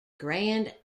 grand